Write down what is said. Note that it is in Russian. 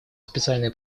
специальные